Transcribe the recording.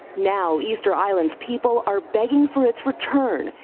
now, easter island's people are begging for its return.